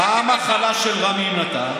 מה המחלה של רמי מתן?